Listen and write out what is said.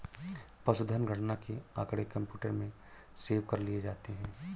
पशुधन गणना के आँकड़े कंप्यूटर में सेव कर लिए जाते हैं